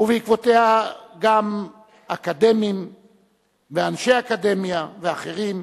ובעקבותיה גם אקדמאים ואנשי אקדמיה ואחרים,